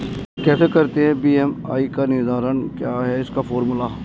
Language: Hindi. कैसे करते हैं बी.एम.आई का निर्धारण क्या है इसका फॉर्मूला?